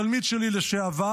תלמיד שלי לשעבר,